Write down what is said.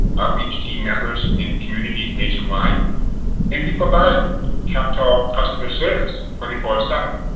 outreach team members in communities nationwide and we provide captel customer service twenty four seven.